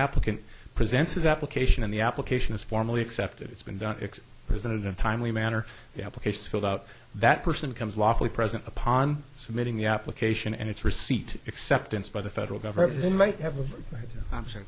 applicant presents his application and the application is formally accepted it's been done presented a timely manner applications filled out that person comes lawfully present upon submitting the application and its receipt acceptance by the federal government